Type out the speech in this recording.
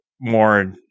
more